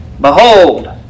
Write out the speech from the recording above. Behold